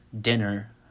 dinner